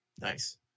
Nice